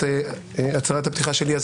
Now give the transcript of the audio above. את הצהרת הפתיחה שלי.